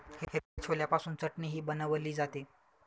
हिरव्या छोल्यापासून चटणीही बनवली जाते